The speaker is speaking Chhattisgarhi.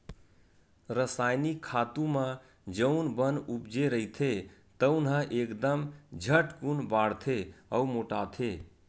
रसायनिक खातू म जउन बन उपजे रहिथे तउन ह एकदम झटकून बाड़थे अउ मोटाथे